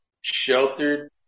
sheltered